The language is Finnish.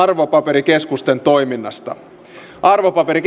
arvopaperikeskusten toiminnasta arvopaperikeskus on